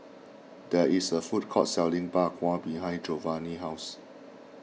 there is a food court selling Bak Kwa behind Giovani's house